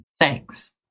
Thanks